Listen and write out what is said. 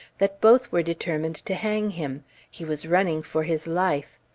that both were determined to hang him he was running for his life.